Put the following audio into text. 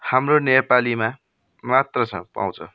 हाम्रो नेपालीमा मात्र छ पाउँछ